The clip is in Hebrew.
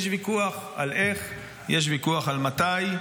יש ויכוח על איך, יש ויכוח על מתי,